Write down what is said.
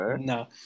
No